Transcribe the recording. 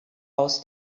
aus